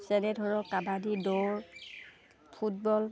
যেনে ধৰক কাবাডী দৌৰ ফুটবল